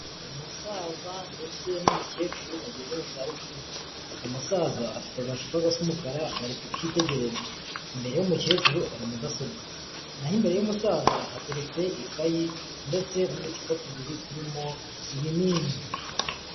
Umusaza ndetse n'umukecuru bageze mu za bukuru, umusaza afite agacupa gasa umukara bari kukitegereza, imbere y'umukecuru hari mudasobwa, naho imbere y'umusaza hateretse ikayi ndetse n'uducupa tubiri turimo ibinini.